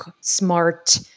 smart